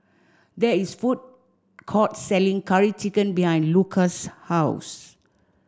there is a food court selling Curry Chicken behind Luka's house